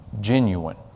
genuine